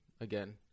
again